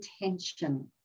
intention